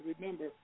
remember